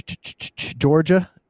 Georgia